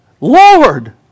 Lord